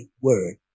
word